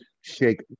shake